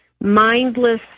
mindless